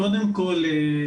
קודם כל,